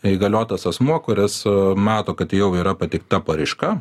įgaliotas asmuo kuris mato kad jau yra pateikta paraiška